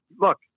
look